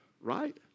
right